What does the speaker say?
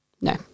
No